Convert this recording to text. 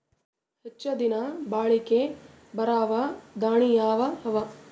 ಹೆಚ್ಚ ದಿನಾ ಬಾಳಿಕೆ ಬರಾವ ದಾಣಿಯಾವ ಅವಾ?